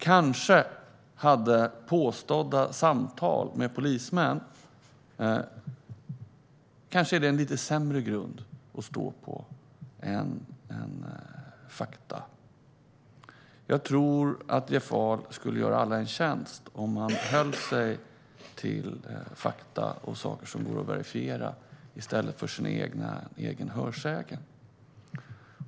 Kanske är påstådda samtal med polismän en lite sämre grund att stå på än fakta. Jag tror att Jeff Ahl skulle göra alla en tjänst om han höll sig till fakta och saker som går att verifiera i stället för till sin egen hörsägen.